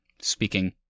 speaking